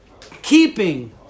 Keeping